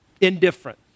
Indifferent